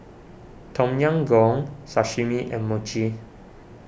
Tom Yam Goong Sashimi and Mochi